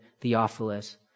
Theophilus